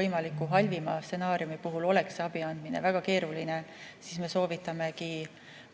võimaliku halvima stsenaariumi puhul oleks see abi andmine väga keeruline, me soovitamegi kaaluda